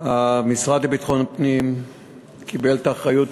המשרד לביטחון הפנים קיבל את האחריות